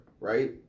right